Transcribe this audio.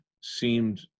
seemed